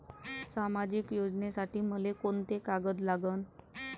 सामाजिक योजनेसाठी मले कोंते कागद लागन?